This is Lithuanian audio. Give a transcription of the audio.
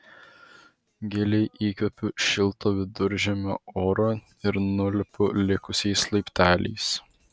giliai įkvepiu šilto viduržemio oro ir nulipu likusiais laipteliais